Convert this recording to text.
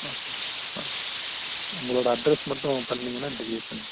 ஆ ஆ உங்களோடய அட்ரெஸ் மட்டும் பண்ணிங்கனால் டெலிவரி பண்ணிடுவோம்